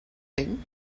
thing